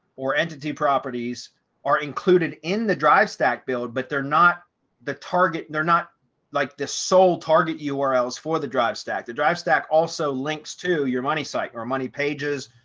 or entity properties are included in the drive stack build, but they're not the target. they're not like the sole target urls for the drive stack. the drive stack also links to your money site or money pages,